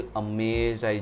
amazed